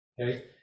Okay